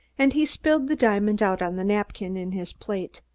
and he spilled the diamond out on the napkin in his plate.